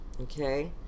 okay